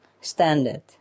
standard